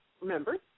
Remember